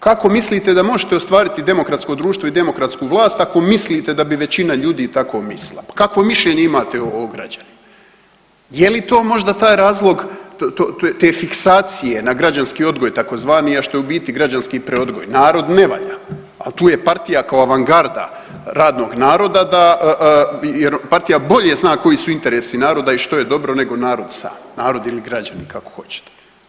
Kako mislite da možete ostvariti demokratsko društvo i demokratsku vlast ako mislite da bi većina ljudi tako mislila, pa kakvo mišljenje imate o građanima, je li to možda taj razlog te fiksacije na građanski odgoj tzv., a što je u biti građanski preodgoj, narod ne valja, al tu je partija kao avangarda radnog naroda da, jer partija bolje zna koji su interesi naroda i što je dobro nego narod sam, narod ili građani kako hoćete.